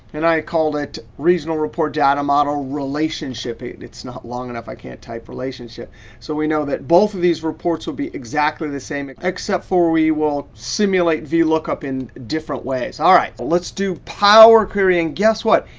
and i called it regional report data model relationship it's not long enough. i can't type relationship so we know that both of these reports will be exactly the same, except for we will simulate vlookup in different ways. all right, let's do power querying. guess what?